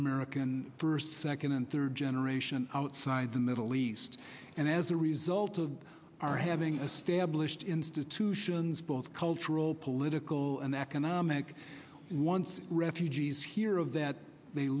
american first second and third generation outside the middle east and as a result of our having a stablished institutions both cultural political and economic once refugees here of that they